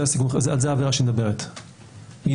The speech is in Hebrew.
זו העבירה שהיא מדברת עליה.